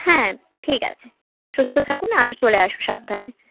হ্যাঁ ঠিক আছে সুস্থ থাকুন আর চলে আসুন সাবধানে